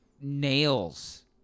nails